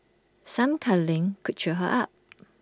some cuddling could cheer her up